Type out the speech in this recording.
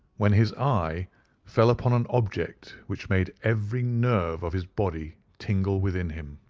when his eye fell upon an object which made every nerve of his body tingle within him.